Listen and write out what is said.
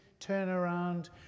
turnaround